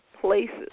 places